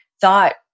thought